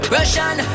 Russian